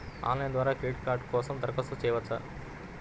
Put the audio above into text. Online ద్వారా credit card కోసం దరఖాస్తు చేయవచ్చా?